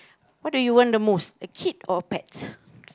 what do you want the most a kid or a pet